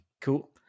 Cool